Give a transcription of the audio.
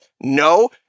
no